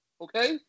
okay